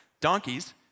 Donkeys